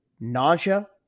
nausea